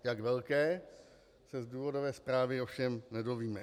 Jak velké, se z důvodové zprávy ovšem nedovíme.